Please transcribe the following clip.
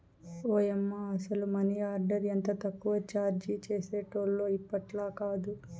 ఓయమ్మ, అసల money order ఎంత తక్కువ చార్జీ చేసేటోల్లో ఇప్పట్లాకాదు